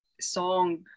song